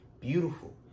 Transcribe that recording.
beautiful